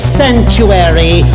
sanctuary